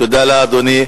תודה לאדוני.